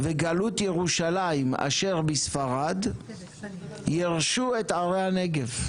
וגלות ירושלים אשר בספרד ירשו את ערי הנגב".